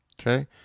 Okay